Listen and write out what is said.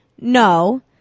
no